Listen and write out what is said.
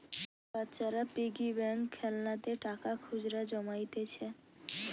বাচ্চারা piggy bank খেলনাতে টাকা খুচরা জমাইতিছে